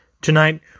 Tonight